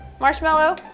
Marshmallow